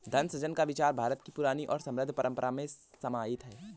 धन सृजन का विचार भारत की पुरानी और समृद्ध परम्परा में समाहित है